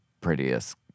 prettiest